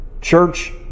church